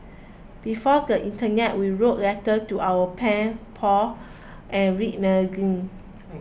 before the internet we wrote letters to our pen pals and read magazines